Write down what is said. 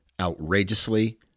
outrageously